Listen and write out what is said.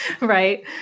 right